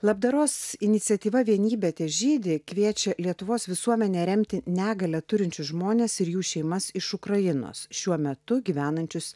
labdaros iniciatyva vienybė težydi kviečia lietuvos visuomenę remti negalią turinčius žmones ir jų šeimas iš ukrainos šiuo metu gyvenančius